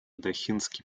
дохинский